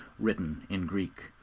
written in greek.